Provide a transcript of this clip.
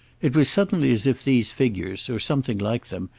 it was suddenly as if these figures, or something like them,